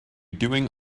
doing